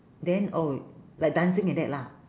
then oh y~ like dancing like that lah